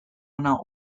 ona